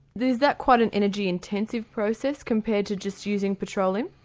is that quite an energy intensive process compared to just using petroleum?